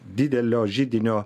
didelio židinio